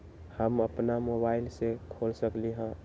हम अपना मोबाइल से खोल सकली ह?